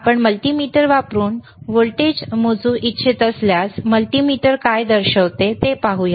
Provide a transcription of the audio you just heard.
आपण मल्टीमीटर वापरून व्होल्टेज मोजू इच्छित असल्यास मल्टीमीटर काय दर्शवते ते पाहूया